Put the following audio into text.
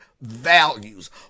values